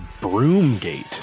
Broomgate